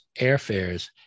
airfares